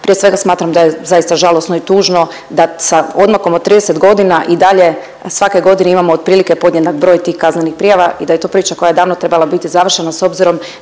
Prije svega smatram da je zaista žalosno i tužno da sa odmakom od 30 godina i dalje svake godine imamo otprilike podjednak broj tih kaznenih prijava i da je to priča koja je davno trebala biti završena s obzirom